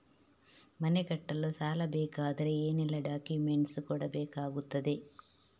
ಮನೆ ಕಟ್ಟಲು ಸಾಲ ಸಿಗಬೇಕಾದರೆ ಏನೆಲ್ಲಾ ಡಾಕ್ಯುಮೆಂಟ್ಸ್ ಕೊಡಬೇಕಾಗುತ್ತದೆ?